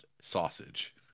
sausage